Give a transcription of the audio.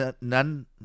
none